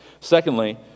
Secondly